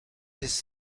his